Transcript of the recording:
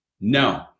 no